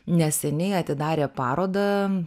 neseniai atidarė parodą